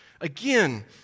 Again